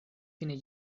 fine